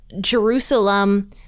Jerusalem